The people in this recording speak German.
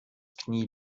knie